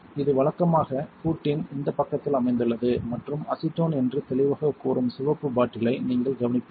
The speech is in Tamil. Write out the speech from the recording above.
இது வழக்கமாக ஹூட்டின் இந்த பக்கத்தில் அமைந்துள்ளது மற்றும் அசிட்டோன் என்று தெளிவாகக் கூறும் சிவப்பு பாட்டிலை நீங்கள் கவனிப்பீர்கள்